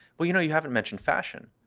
well, you know you haven't mentioned fashion.